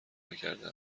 نکرده